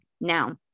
Now